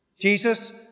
Jesus